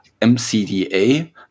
MCDA